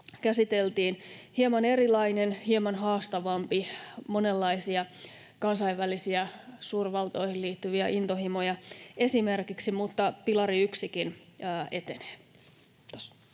käsiteltiin: hieman erilainen, hieman haastavampi, monenlaisia esimerkiksi kansainvälisiä suurvaltoihin liittyviä intohimoja. Mutta pilari 1:kin etenee.